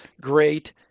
great